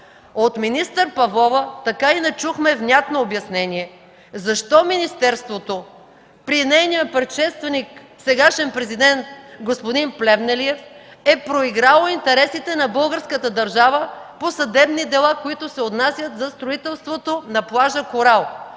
От министър Павлова така и не чухме някакво обяснение защо министерството при нейния предшественик, сегашен президент господин Плевнелиев, е проиграло интересите на българската държава по съдебни дела, които се отнасят за строителството на плажа „Корал”.